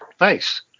Nice